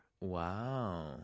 wow